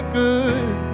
good